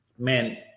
Man